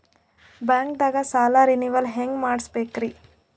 ಬ್ಯಾಂಕ್ದಾಗ ಸಾಲ ರೇನೆವಲ್ ಹೆಂಗ್ ಮಾಡ್ಸಬೇಕರಿ?